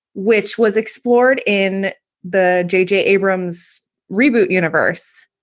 which was explored in the j j. abrams reboot universe.